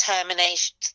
termination